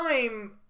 time